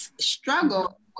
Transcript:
struggle